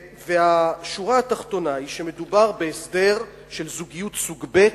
והשורה התחתונה היא שמדובר בהסדר של זוגיות סוג ב'